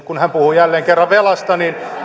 kun hän puhui jälleen kerran velasta